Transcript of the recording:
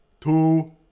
two